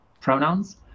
pronouns